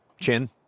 Chin